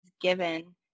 given